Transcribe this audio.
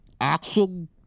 action